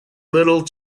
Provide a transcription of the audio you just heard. little